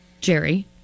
Jerry